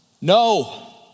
No